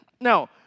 Now